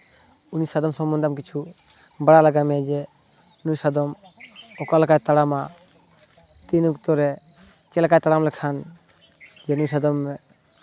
ᱩᱱᱤ ᱥᱟᱫᱚᱢ ᱥᱚᱢᱚᱱᱫᱷᱮ ᱟᱢ ᱠᱤᱪᱷᱩ ᱵᱟᱲᱟᱭ ᱞᱟᱜᱟᱣ ᱢᱮᱭᱟ ᱡᱮ ᱩᱱᱤ ᱥᱟᱫᱚᱢ ᱚᱠᱟ ᱞᱮᱠᱟᱭ ᱛᱟᱲᱟᱢᱟ ᱛᱤᱱ ᱚᱠᱛᱚᱨᱮ ᱪᱮᱫ ᱞᱮᱠᱟᱭ ᱛᱟᱲᱟᱢ ᱞᱮᱠᱷᱟᱱ ᱡᱮ ᱱᱩᱭ ᱥᱟᱫᱚᱢ